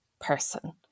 person